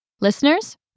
listeners